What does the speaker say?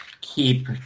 keep